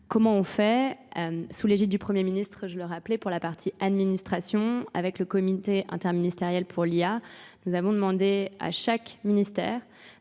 Comment on fait ? Sous l'égide du premier ministre, je le rappelais pour la partie administration, avec le comité interministériel pour l'IA, nous avons demandé à chaque ministère